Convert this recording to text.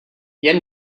jen